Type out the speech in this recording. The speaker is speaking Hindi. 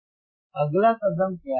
अब अगला कदम क्या है